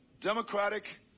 democratic